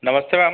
नमस्ते मैम